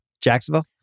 Jacksonville